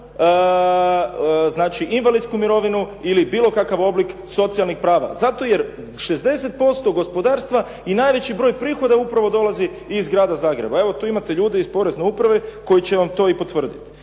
znači invalidsku mirovinu ili bilo kakav oblik socijalnih prava zato jer 60% gospodarstva i najveći broj prihoda upravo dolazi iz grada Zagreba. Evo, tu imate ljude iz Porezne uprave koji će vam to i potvrditi.